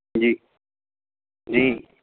ਜੀ ਜੀ